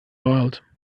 mild